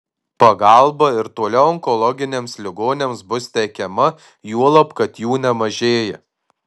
pagalba ir toliau onkologiniams ligoniams bus teikiama juolab kad jų nemažėja